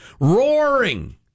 roaring